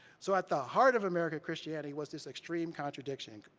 so at the heart of american christianity was this extreme contradiction,